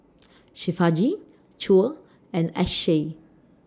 Shivaji Choor and Akshay